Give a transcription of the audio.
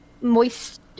moist